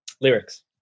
lyrics